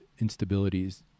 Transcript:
instabilities